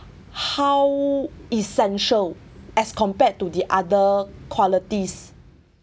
how essential as compared to the other qualities